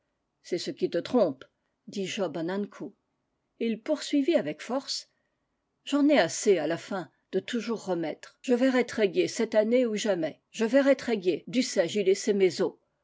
c'est ce qui te trompe dit job an ankou et il poursuivit avec force j'en ai assez à la fin de toujours remettre je verrai tréguier cette année ou jamais je verrai tréguier dussé-je y laisser mes os